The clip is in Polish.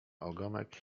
ogonek